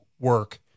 work